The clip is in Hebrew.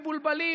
מבולבלים,